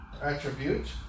Attribute